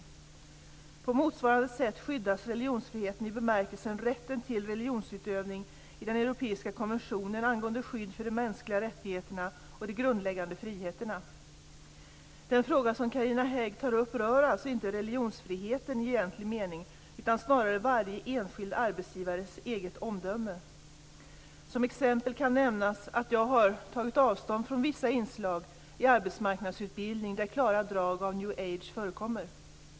På motsvarande sätt skyddas religionsfriheten i bemärkelsen rätten till religionsutövning i den europeiska konventionen angående skydd för de mänskliga rättigheterna och de grundläggande friheterna. Den fråga som Carina Hägg tar upp rör alltså inte religionsfriheten i egentlig mening utan snarare varje enskild arbetsgivares eget omdöme. Som exempel kan nämnas att jag har tagit avstånd från vissa inslag i arbetsmarknadsutbildningen där klara drag av new age förekommer.